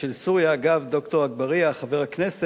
של סוריה, אגב, ד"ר אגבאריה, חבר הכנסת,